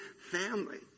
family